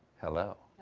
hello.